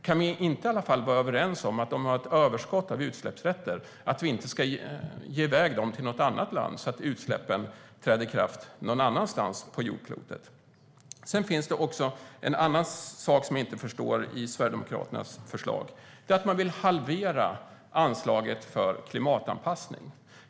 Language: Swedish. Kan vi inte i alla fall vara överens om att vi inte ska ge vårt överskott av utsläppsrätter till något annat land så att de kan användas någon annanstans på jordklotet? En annan sak som jag inte förstår i Sverigedemokraternas förslag är att de vill halvera anslaget för klimatanpassning.